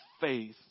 faith